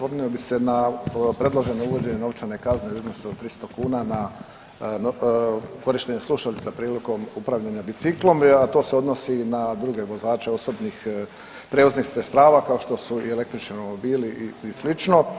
Osvrnuo bih se na predloženo uvođenje novčane kazne u iznosu od 300 kuna na korištenje slušalica prilikom upravljanja biciklom, a to se odnosi na druge vozače osobnih prijevoznih sredstava kao što su i električni romobili i slično.